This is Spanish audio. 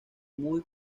muy